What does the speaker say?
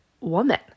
woman